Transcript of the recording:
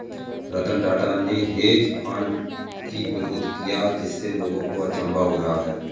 रतन टाटा ने hedge fund की विरोध किया जिससे लोगों को अचंभा हो रहा है